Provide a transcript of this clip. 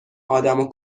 آدمو